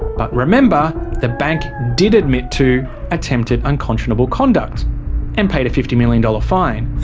but remember the bank did admit to attempted unconscionable conduct and paid a fifty million dollar fine.